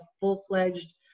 full-fledged